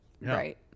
Right